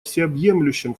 всеобъемлющем